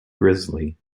grizzly